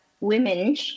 women